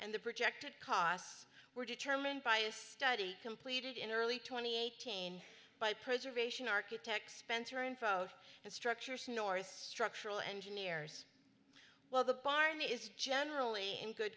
and the projected costs were determined by a study completed in early twenty eighteen by preservation architect spencer info and structure snores structural engineers while the barn is generally in good